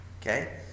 Okay